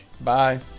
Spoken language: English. Bye